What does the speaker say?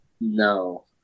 No